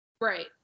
Right